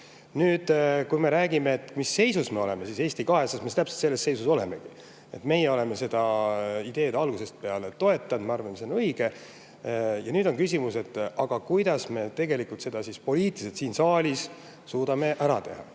Nüüd, kui me räägime, et mis seisus me oleme, siis Eesti 200-s me täpselt selles seisus olemegi. Meie oleme seda ideed algusest peale toetanud, ma arvan, et see on õige. Nüüd on küsimus, kuidas me tegelikult selle siin saalis suudame ära teha.